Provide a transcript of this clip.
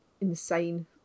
insane